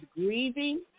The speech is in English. grieving